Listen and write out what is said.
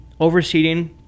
overseeding